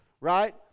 right